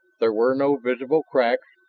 there were no visible cracks,